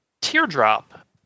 Teardrop